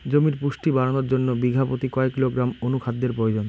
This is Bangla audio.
জমির পুষ্টি বাড়ানোর জন্য বিঘা প্রতি কয় কিলোগ্রাম অণু খাদ্যের প্রয়োজন?